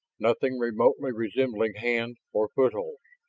nothing remotely resembling hand or footholds.